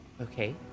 Okay